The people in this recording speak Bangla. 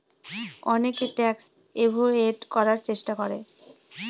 অনেকে ট্যাক্স এভোয়েড করার চেষ্টা করে